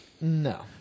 No